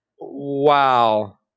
Wow